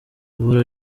ibura